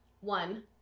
one